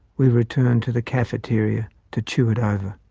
we returned to the cafeteria to chew it over.